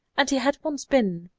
and he had once been,